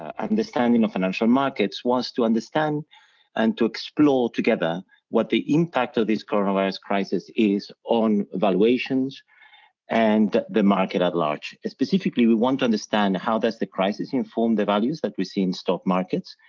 ah understanding of financial markets wants to understand and to explore together what the impact of these corona virus crisis is on evaluations and the market at large, specifically we want to understand, how does the crisis inform the values that we see in stock markets,